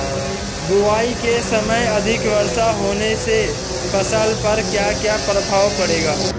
बुआई के समय अधिक वर्षा होने से फसल पर क्या क्या प्रभाव पड़ेगा?